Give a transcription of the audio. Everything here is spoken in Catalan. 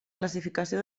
classificació